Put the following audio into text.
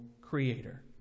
creator